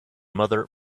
mother